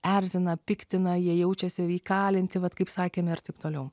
erzina piktina jie jaučiasi įkalinti vat kaip sakėme ir taip toliau